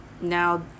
now